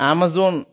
Amazon